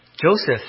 Joseph